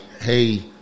hey